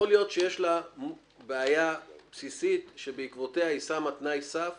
יכול להיות שיש לה בעיה בסיסית שבעקבותיה היא שמה תנאי סף